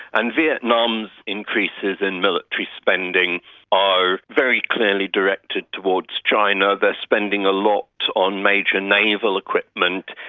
and vietnam's increases in military spending are very clearly directed towards china. they are spending a lot on major naval equipment.